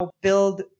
build